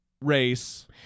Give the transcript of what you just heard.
race